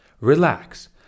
relax